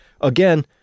Again